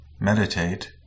meditate